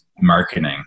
Marketing